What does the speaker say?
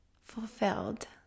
fulfilled